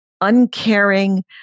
uncaring